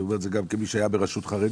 אני אומר את זה גם כמי שהיה ברשות חרדית.